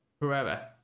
Whoever